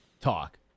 talk